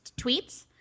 tweets